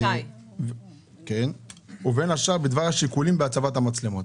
במס כתוצאה מההסדר שבחוק המוצע ובין השאר בדבר השיקולים בהצבת המצלמות".